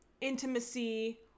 intimacy